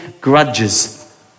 grudges